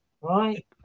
right